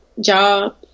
job